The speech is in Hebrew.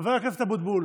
חבר הכנסת אבוטבול,